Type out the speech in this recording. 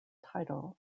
title